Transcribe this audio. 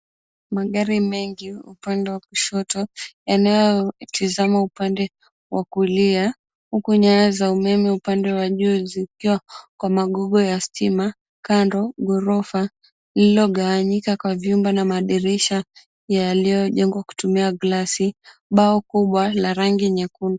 Magari mengi upande wa kushoto yanayotazama upande wa kulia huku nyaya za umeme upande wa juu zikiwa zina magongo ya stima kando ghorofa lililogawanyika kwa vyumba na madirisha yaliyojengwa kutumia glasi, bao kubwa la rangi nyekundu.